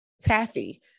Taffy